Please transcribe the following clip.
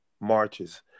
marches